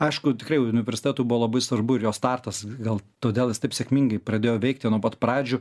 aišku tikrai universitetui buvo labai svarbu ir jo startas gal todėl jis taip sėkmingai pradėjo veikti nuo pat pradžių